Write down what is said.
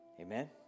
Amen